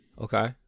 Okay